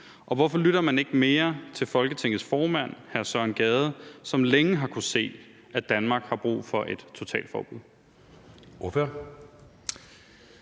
og hvorfor lytter man ikke mere til Folketingets formand, hr. Søren Gade, som længe har kunnet se, at Danmark har brug for et totalforbud?